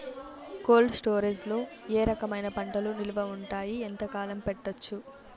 Cold storage లో ఏ రకమైన పంటలు నిలువ ఉంటాయి, ఎంతకాలం పెట్టొచ్చు?